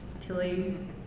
Tilly